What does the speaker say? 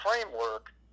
framework